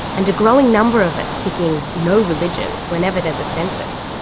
and a growing number of us ticking no religion whenever there's a census,